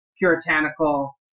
puritanical